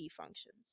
functions